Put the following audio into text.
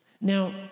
Now